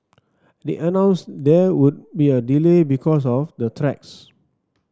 they announced there would be a delay because of the tracks